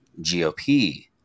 GOP